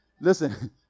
Listen